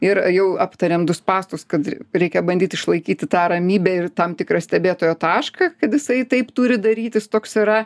ir jau aptarėm du spąstus kad reikia bandyt išlaikyti tą ramybę ir tam tikrą stebėtojo tašką kad jisai taip turi daryt jis toks yra